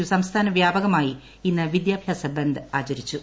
U സംസ്ഥാന വ്യാപകമായി ഇന്ന് വിദ്യാഭ്യാസ്ട്രബന്ദ് ആചരിച്ചു